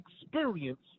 experience